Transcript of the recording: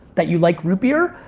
that you like root beer?